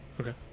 Okay